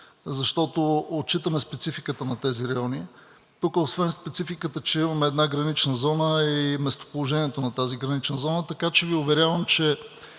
защото отчитаме спецификата на тези райони. Тук освен спецификата, че имаме една гранична зона, е и местоположението на тази гранична зона. Така че Ви уверявам, че